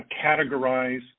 categorize